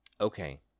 Okay